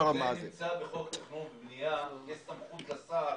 --- בחוק תכנון ובנייה יש סמכות לשר